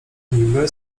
niby